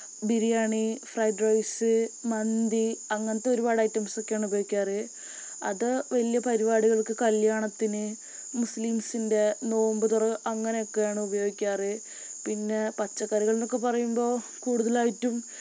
biryani fried rice മന്തി അങ്ങനത്തെ ഒരുപാട് ഐറ്റംസൊക്കെയാണ് ഉപയോഗിക്കാറ് അതു വലിയ പരിപാടികൾക്ക് കല്യാണത്തിന് മുസ്ലിംസിൻ്റെ നോമ്പുതുറ അങ്ങനെയൊക്കെയാണ് ഉപയോഗിക്കാറ് പിന്നെ പച്ചക്കറികളെന്നൊക്കെ പറയുമ്പോള് കൂടുതലായിട്ടും